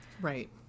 right